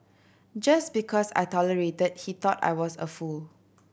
just because I tolerated he thought I was a fool